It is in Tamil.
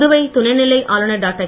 புதுவை துணைநிலை ஆளுனர் டாக்டர்